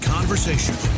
Conversation